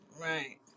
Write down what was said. Right